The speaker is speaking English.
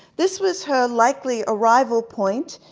this was her likely arrival point.